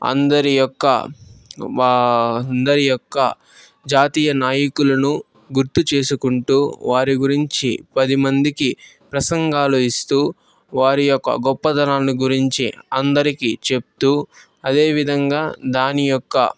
అందరి యొక్క అందరి యొక్క జాతీయ నాయకులను గుర్తు చేసుకుంటూ వారి గురించి పది మందికి ప్రసంగాలు ఇస్తూ వారి యొక్క గొప్పదనాన్ని గురించి అందరికి చెప్తూ అదేవిధంగా దాని యొక్క